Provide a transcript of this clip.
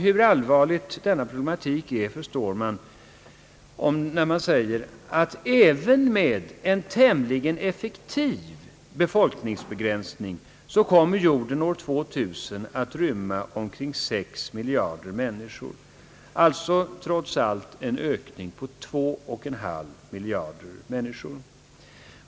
Hur allvarlig hela denna problematik är förstår man när det konstateras att även med en tämligen effektiv befolkningsbegränsning kommer jorden år 2000 att rymma omkring 6 miljarder människor; ökningen skulle trots allt bli 2,5 miljarder människor.